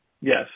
Yes